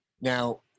now